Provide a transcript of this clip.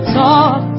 talk